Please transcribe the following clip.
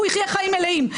הוא יחיה חיים מלאים,